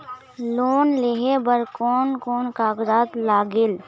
Loan लेहे बर कोन कोन कागजात लागेल?